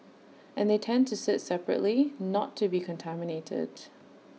and they tend to sit separately not to be contaminated